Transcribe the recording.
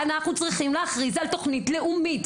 אנחנו צריכים להכריז על תוכנית לאומית,